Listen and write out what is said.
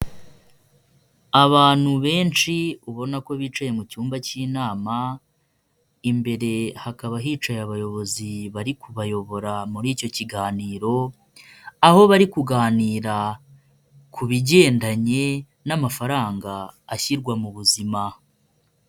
Abantu benshi ubona ko bicaye mu cyumba cy'inama, imbere hakaba hicaye abayobozi bari kubayobora muri icyo kiganiro, aho bari kuganira ku bigendanye n'amafaranga ashyirwa mu buzima.